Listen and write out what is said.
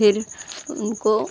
फिर उनको